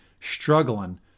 struggling